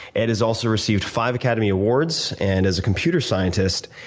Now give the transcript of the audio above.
ed has also received five academy awards, and as a computer scientist,